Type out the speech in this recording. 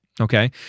okay